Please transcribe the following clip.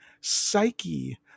Psyche